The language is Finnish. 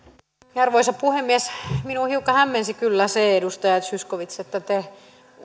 arvoisa puhemies minua hiukan hämmensi kyllä se edustaja zyskowicz että te